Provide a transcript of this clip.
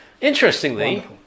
Interestingly